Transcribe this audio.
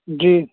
جی